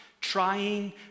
trying